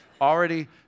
Already